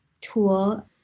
tool